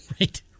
right